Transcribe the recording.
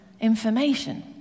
information